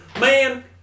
Man